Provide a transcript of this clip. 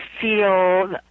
feel